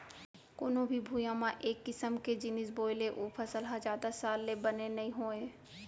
कोनो भी भुइंया म एक किसम के जिनिस बोए ले ओ फसल ह जादा साल ले बने नइ होवय